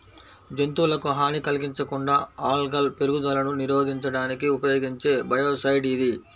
జంతువులకు హాని కలిగించకుండా ఆల్గల్ పెరుగుదలను నిరోధించడానికి ఉపయోగించే బయోసైడ్ ఇది